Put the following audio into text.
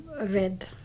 red